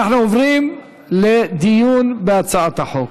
אנחנו עוברים לדיון בהצעת החוק.